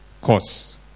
Costs